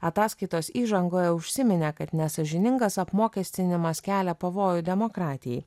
ataskaitos įžangoje užsiminė kad nesąžiningas apmokestinimas kelia pavojų demokratijai